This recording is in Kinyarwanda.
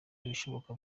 ibishoboka